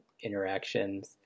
interactions